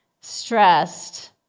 stressed